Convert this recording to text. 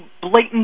blatant